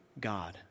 God